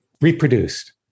reproduced